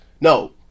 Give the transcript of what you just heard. No